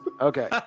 Okay